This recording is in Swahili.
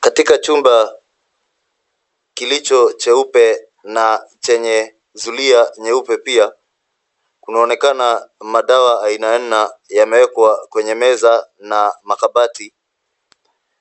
Katika chumba kilicho cheupe na chenye zulia nyeupe pia, kunaonekana madawa aina aina yamewekwa kwenye meza na makabati,